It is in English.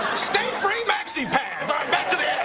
stay free maxi pads! all right. back to the